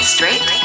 Straight